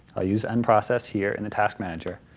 i'll use end process here in the task manager.